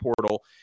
portal